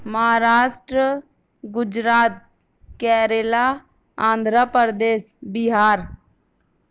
Maharashtra Gujarat Kerala Andhra Pradesh Bihar